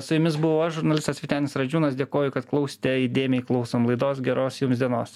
su jumis buvau aš žurnalistas vytenis radžiūnas dėkoju kad klausėte įdėmiai klausom laidos geros jums dienos